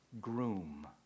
groom